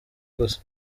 gusa